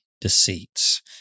deceits